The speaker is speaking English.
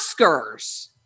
Oscars